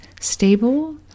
Stable